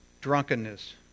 drunkenness